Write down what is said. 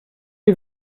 chi